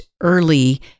early